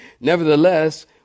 Nevertheless